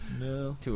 no